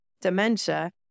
dementia